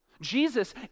Jesus